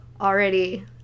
already